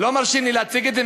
לא מרשים לי להציג את זה.